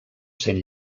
sent